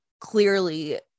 clearly